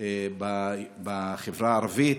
בחברה הערבית.